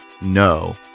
no